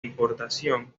importación